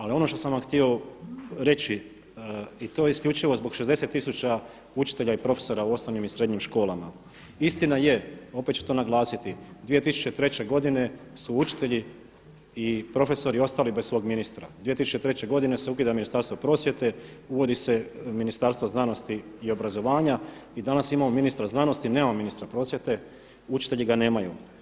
Ali ono što sam vam htio reći i to isključivo zbog 60 tisuća učitelja i profesora u osnovnim i srednjim školama, istina je, opet ću to naglasiti, 2003. godine su učitelji i profesori ostali bez svog ministra, 2003. godine se ukida Ministarstvo prosvjete, uvodi se Ministarstvo znanosti i obrazovanja i danas imamo ministra znanosti, nemamo ministra prosvjete, učitelji ga nemaju.